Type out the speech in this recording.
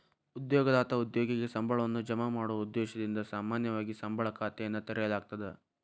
ಉದ್ಯೋಗದಾತ ಉದ್ಯೋಗಿಗೆ ಸಂಬಳವನ್ನ ಜಮಾ ಮಾಡೊ ಉದ್ದೇಶದಿಂದ ಸಾಮಾನ್ಯವಾಗಿ ಸಂಬಳ ಖಾತೆಯನ್ನ ತೆರೆಯಲಾಗ್ತದ